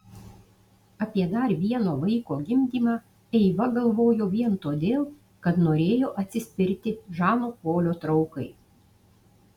apie dar vieno vaiko gimdymą eiva galvojo vien todėl kad norėjo atsispirti žano polio traukai